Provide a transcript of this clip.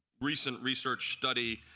recent research study.